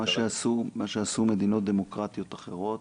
מה שעשו מדינות דמוקרטיות אחרות,